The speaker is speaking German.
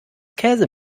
käse